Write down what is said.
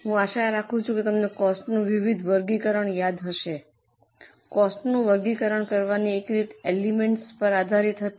હું આશા રાખું છું કે તમને કોસ્ટનું વિવિધ વર્ગીકરણ યાદ છે કોસ્ટનું વર્ગીકરણ કરવાની એક રીત એલિમેન્ટ્સ પર આધારિત હતી